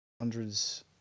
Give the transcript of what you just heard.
hundreds